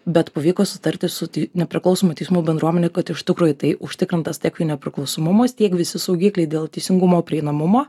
bet pavyko sutarti su nepriklausoma teismų bendruomene kad iš tikrųjų tai užtikrintas techninio priklausomumas tiek visi saugikliai dėl teisingumo prieinamumo